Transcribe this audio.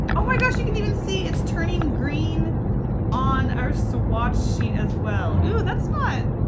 oh my gosh, you can even see it's turning green on our swatch sheet as well. oh, that's not.